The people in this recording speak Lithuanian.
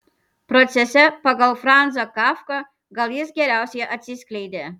procese pagal franzą kafką gal jis geriausiai atsiskleidė